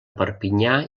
perpinyà